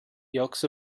yolks